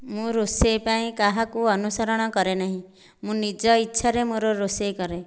ମୁଁ ରୋଷେଇ ପାଇଁ କାହାକୁ ଅନୁସରଣ କରେ ନାହିଁ ମୁଁ ନିଜ ଇଛାରେ ମୋର ରୋଷେଇ କରେ